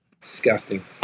Disgusting